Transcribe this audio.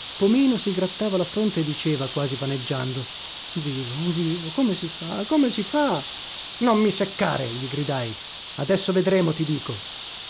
spasimo pomino si grattava la fronte e diceva quasi vaneggiando vivo vivo come si fa come si fa non mi seccare gli gridai adesso vedremo ti dico